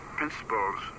principles